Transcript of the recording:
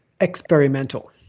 experimental